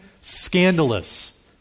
scandalous